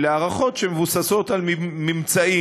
אלא הערכות שמבוססות על ממצאים.